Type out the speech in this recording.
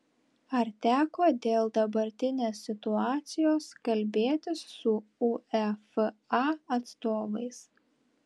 ar teko dėl dabartinės situacijos kalbėtis su uefa atstovais